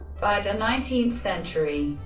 by the nineteenth century,